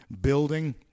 building